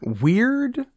weird